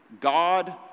God